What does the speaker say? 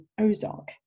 Ozark